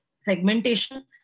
segmentation